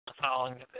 following